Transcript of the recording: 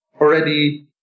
already